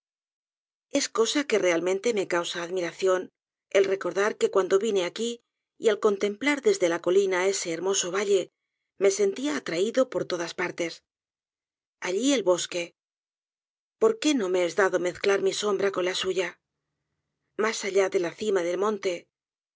es cosa que realmente me causa admiración el recordar que cuando vine aqui y al contemplar desde la colina ese hermoso valle me sentía atraído por todas partes allí el bosque por qué no me es dado mezclar mi sombra con la suya mas allá la cima del monte